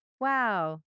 Wow